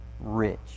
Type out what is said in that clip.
rich